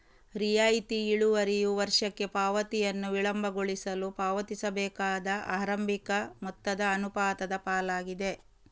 ರಿಯಾಯಿತಿ ಇಳುವರಿಯು ವರ್ಷಕ್ಕೆ ಪಾವತಿಯನ್ನು ವಿಳಂಬಗೊಳಿಸಲು ಪಾವತಿಸಬೇಕಾದ ಆರಂಭಿಕ ಮೊತ್ತದ ಅನುಪಾತದ ಪಾಲಾಗಿದೆ